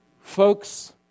Folks